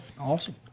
Awesome